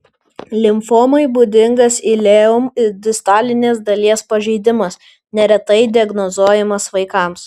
limfomai būdingas ileum distalinės dalies pažeidimas neretai diagnozuojamas vaikams